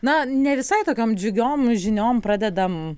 na ne visai tokiom džiugiom žiniom pradedam